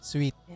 Sweet